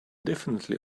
definitely